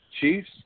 Chiefs